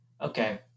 Okay